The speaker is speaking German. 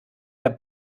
der